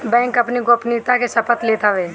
bank अपनी गोपनीयता के शपथ लेत हवे